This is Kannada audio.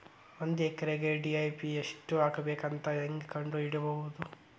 ಒಂದು ಎಕರೆಗೆ ಡಿ.ಎ.ಪಿ ಎಷ್ಟು ಹಾಕಬೇಕಂತ ಹೆಂಗೆ ಕಂಡು ಹಿಡಿಯುವುದು?